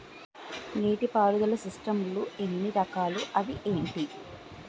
నీటిపారుదల సిస్టమ్ లు ఎన్ని రకాలు? అవి ఏంటి?